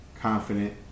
confident